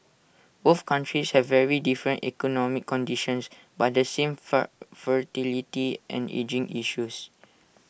both countries have very different economic conditions but the same far fertility and ageing issues